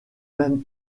même